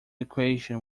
equation